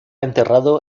enterrado